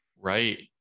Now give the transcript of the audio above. Right